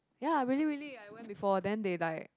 ya really really I went before then they like